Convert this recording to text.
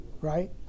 right